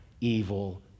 evil